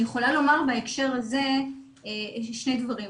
אני יכולה לומר בהקשר הזה שני דברים.